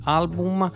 album